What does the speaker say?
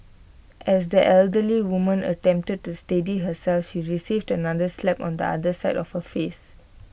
as the elderly woman attempted to steady herself she received another slap on the other side of her face